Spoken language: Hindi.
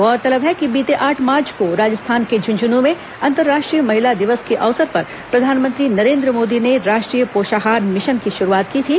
गौरतलब है कि बीते आठ मार्च को राजस्थान के झुंझुनु में अंतर्राष्ट्रीय महिला दिवस के अवसर पर प्रधानमंत्री नरेंद्र मोदी ने राष्ट्रीय पोषाहार मिशन की शुरूआत की थी